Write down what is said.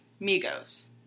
Migos